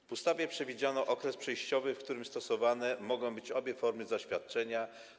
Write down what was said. W ustawie przewidziano okres przejściowy, w którym stosowane mogą być obie formy zaświadczenia.